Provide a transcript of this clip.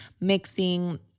mixing